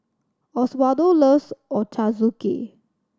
Oswaldo loves Ochazuke